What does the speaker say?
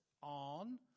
on